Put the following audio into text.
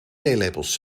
theelepels